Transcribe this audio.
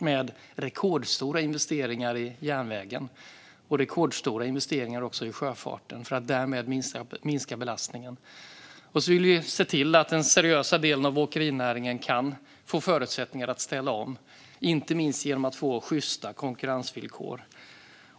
Vi gör rekordstora investeringar i järnvägen och också i sjöfarten för att minska belastningen. Och så vill vi se till att den seriösa delen av åkerinäringen får förutsättningar att ställa om, inte minst genom att få sjysta konkurrensvillkor.